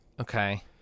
Okay